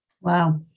Wow